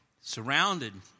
surrounded